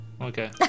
okay